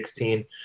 2016